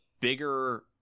bigger